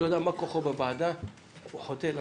שיודע מה כוחו בוועדה, הוא חוטא למטרה.